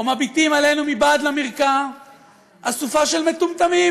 מביטים עלינו מבעד למרקע אסופה של מטומטמים.